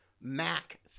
Mac